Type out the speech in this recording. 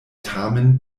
tamen